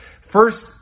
First